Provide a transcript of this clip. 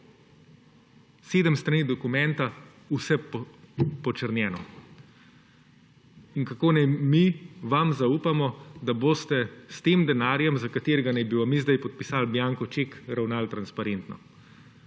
Sedem strani dokumenta, vse počrnjeno. In kako naj mi vam zaupamo, da boste s tem denarjem, za katerega naj bi vam mi zdaj podpisali bianco ček, ravnali tansparentno?